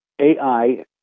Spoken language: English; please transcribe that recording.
AI